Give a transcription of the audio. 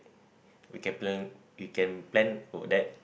we can plan we can plan for that